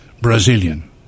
Brazilian